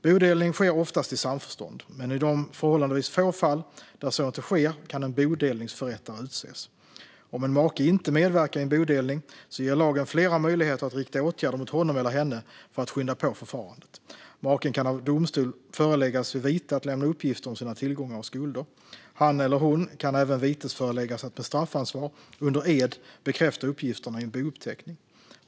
Bodelning sker oftast i samförstånd, men i de förhållandevis få fall där så inte sker kan en bodelningsförrättare utses. Om en make inte medverkar i en bodelning ger lagen flera möjligheter att rikta åtgärder mot honom eller henne för att skynda på förfarandet. Maken kan av domstol föreläggas vid vite att lämna uppgifter om sina tillgångar och skulder. Han eller hon kan även vitesföreläggas att med straffansvar under ed bekräfta uppgifterna i en bouppteckning.